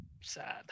Sad